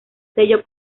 sello